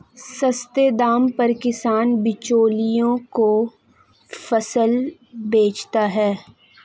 सस्ते दाम पर किसान बिचौलियों को फसल बेचता है